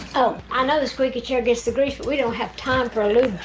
oh i know the squeaky chair gets the grease. we don't have time for a